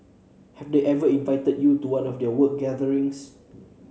have they ever invited you to one of their work gatherings